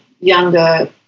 younger